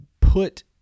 put